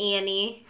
Annie